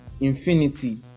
infinity